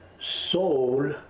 soul